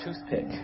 toothpick